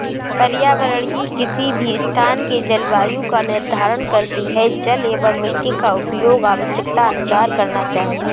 पर्यावरण ही किसी भी स्थान के जलवायु का निर्धारण करती हैं जल एंव मिट्टी का उपयोग आवश्यकतानुसार करना चाहिए